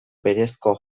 berezko